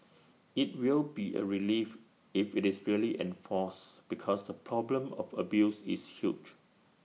IT will be A relief if IT is really enforced because the problem of abuse is huge